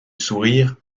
sourire